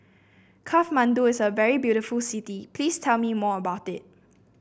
Kathmandu is a very beautiful city please tell me more about it